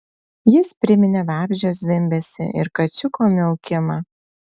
jis priminė vabzdžio zvimbesį ir kačiuko miaukimą